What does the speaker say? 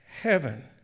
heaven